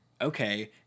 okay